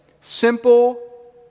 simple